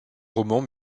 romans